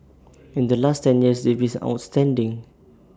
in the last ten years they've been outstanding